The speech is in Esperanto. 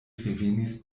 revenis